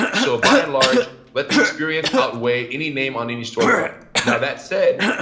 so by and large, let the experience outweigh any name on any storefront now that said,